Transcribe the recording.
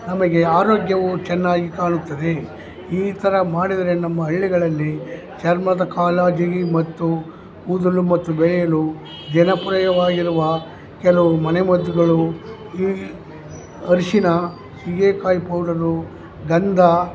ನಮಗೆ ಆರೋಗ್ಯವು ಚೆನ್ನಾಗಿ ಕಾಣುತ್ತದೆ ಈ ಥರ ಮಾಡಿದರೆ ನಮ್ಮ ಹಳ್ಳಿಗಳಲ್ಲಿ ಚರ್ಮದ ಕಾಳಜಿ ಮತ್ತು ಕೂದಲು ಮತ್ತು ಬೆಳೆಯಲು ಜನಪ್ರಿಯವಾಗಿರುವ ಕೆಲವು ಮನೆಮದ್ದುಗಳು ಈ ಅರಶಿನ ಸೀಗೆಕಾಯಿ ಪೌಡರು ಗಂಧ